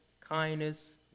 kindness